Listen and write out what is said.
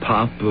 Pop